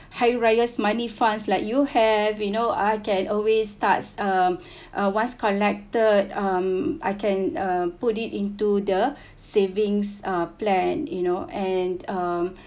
high riders money funds like you have you know I can always starts um uh once collected um I can uh put it into the savings uh plan you know and um